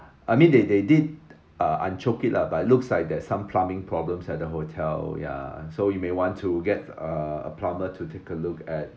I mean they they did uh unchoke it lah but looks like that some plumbing problems at the hotel ya so you may want to get a plumber to take a look at